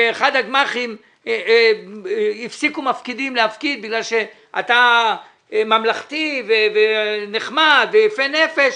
באחד הגמ"חים הפסיקו מפקידים להפקיד בגלל שאתה ממלכתי ונחמד ויפה נפש.